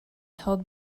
held